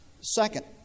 Second